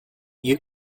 you